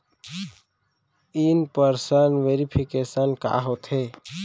In person verification का होथे?